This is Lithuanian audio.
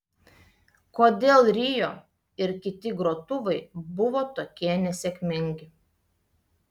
kodėl rio ir kiti grotuvai buvo tokie nesėkmingi